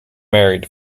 married